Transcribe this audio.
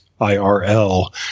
IRL